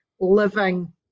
living